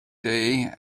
day